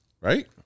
Right